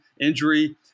injury